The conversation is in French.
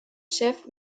chef